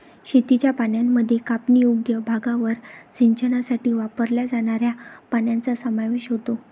शेतीच्या पाण्यामध्ये कापणीयोग्य भागावर सिंचनासाठी वापरल्या जाणाऱ्या पाण्याचा समावेश होतो